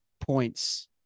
points